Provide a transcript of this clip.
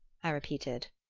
i repeated.